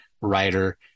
writer